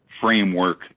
framework